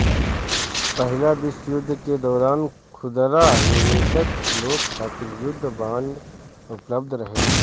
पहिला विश्व युद्ध के दौरान खुदरा निवेशक लोग खातिर युद्ध बांड उपलब्ध रहे